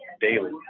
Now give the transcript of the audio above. daily